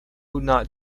not